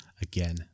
again